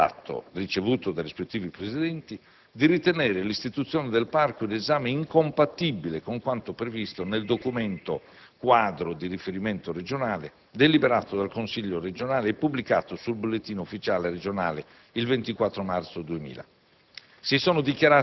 espresso il mandato, ricevuto dai rispettivi presidenti, di ritenere l'istituzione del Parco in esame incompatibile con quanto previsto nel documento quadro di riferimento regionale, deliberato dal Consiglio regionale e pubblicato sul Bollettino Ufficiale regionale il 24 marzo 2000.